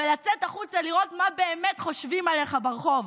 ולצאת החוצה לראות מה באמת חושבים עליך ברחוב.